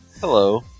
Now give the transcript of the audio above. Hello